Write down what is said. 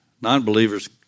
non-believers